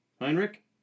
Heinrich